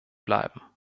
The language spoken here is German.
bleiben